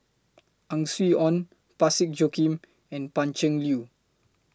Ang Swee Aun Parsick Joaquim and Pan Cheng Lui